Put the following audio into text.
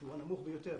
שהוא הנמוך ביותר,